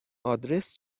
آدرس